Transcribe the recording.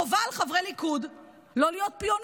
חובה על חברי ליכוד לא להיות פיונים